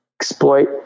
exploit